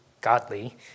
godly